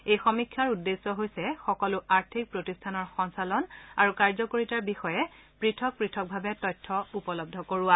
এই সমীক্ষাৰ উদ্দেশ্য হৈছে সকলো আৰ্থিক প্ৰতিষ্ঠানৰ সঞ্চালন আৰু কাৰ্যকাৰিতাৰ বিষয়ে পৃথক পৃথকভাৱে তথ্য উপলব্ধ কৰোৱা